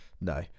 No